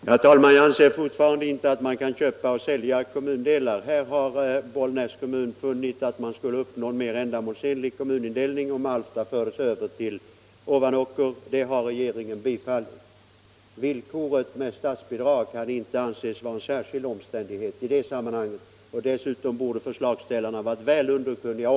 Herr talman! Nej, indelningslagen var inte okänd, men det förfarande Måndagen den som tillämpats i detta sammanhang hade inte använts tidigare. Man visste 17 maj 1976 ingenting om hur det hela skulle komma att verka.